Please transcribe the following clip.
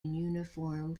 uniform